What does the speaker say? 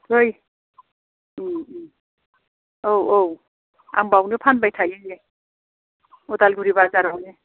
फै औ औ आं बावनो फानबाय थायो उदालगुरि बाजारावनो